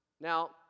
Now